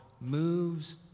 moves